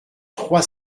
trois